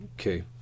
Okay